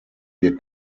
wir